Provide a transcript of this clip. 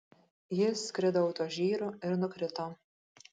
jis skrido autožyru ir nukrito